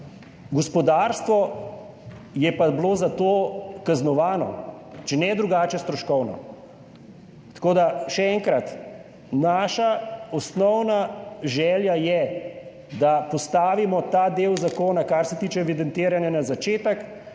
gospodarstvo je pa bilo za to kaznovano, če ne drugače, stroškovno. Še enkrat, naša osnovna želja je, da postavimo ta del zakona, kar se tiče evidentiranja, na začetek,